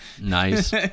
Nice